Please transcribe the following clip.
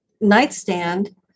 nightstand